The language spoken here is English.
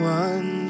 one